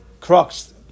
crux